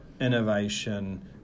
innovation